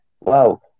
wow